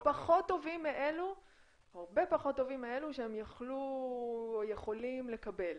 או הרבה פחות טובים מאלה שהם יכולים לקבל.